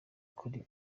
kuri